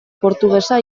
portugesa